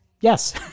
Yes